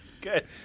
good